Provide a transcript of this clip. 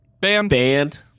band